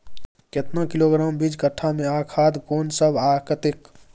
केतना किलोग्राम बीज कट्ठा मे आ खाद कोन सब आ कतेक?